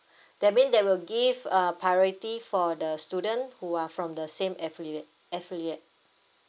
that mean they will give uh priority for the student who are from the same affiliate affiliate